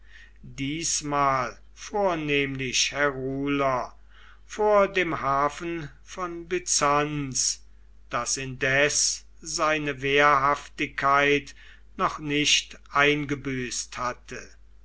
diesmal vornehmlich heruler vor dem hafen von byzanz das indes seine wehrhaftigkeit noch nicht eingebüßt hatte